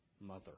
mother